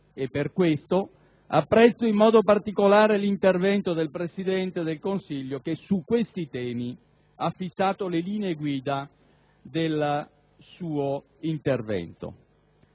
e per questo apprezzo in modo particolare le dichiarazioni del Presidente del Consiglio che su questi temi ha fissato le linee guida del suo intervento.